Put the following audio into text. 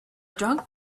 drunk